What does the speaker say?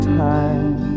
time